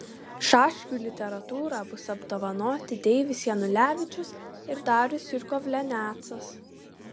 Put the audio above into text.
šaškių literatūra bus apdovanoti deivis janulevičius ir darius jurkovlianecas